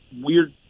weird